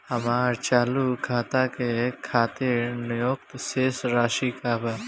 हमार चालू खाता के खातिर न्यूनतम शेष राशि का बा?